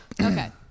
Okay